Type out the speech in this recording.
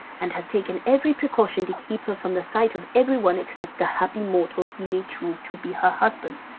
and has taken every precaution to keep her from the sight of everyone except the happy mortal he may choose to be her husband.